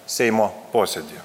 seimo posėdyje